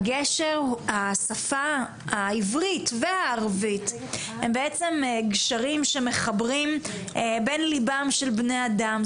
השפות העברית והערבית הן גשרים שמחברים בין לבבותיהם של בני אדם.